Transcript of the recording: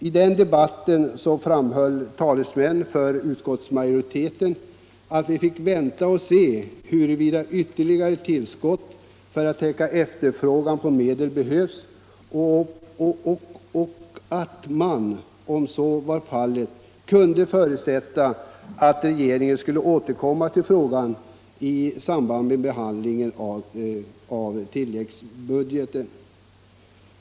I debatten då framhöll talesmän för utskottsmajoriteten att vi fick vänta och se huruvida ytterligare tillskott för att täcka efterfrågan på medel behövdes och att man — om så var fallet — kunde förutsätta att regeringen skulle återkomma till frågan i samband med behandlingen av tilläggsbudgeten.